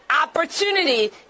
opportunity